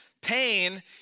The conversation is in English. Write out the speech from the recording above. pain